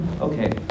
okay